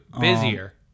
Busier